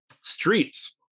Streets